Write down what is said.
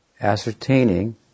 ascertaining